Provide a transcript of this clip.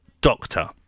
Doctor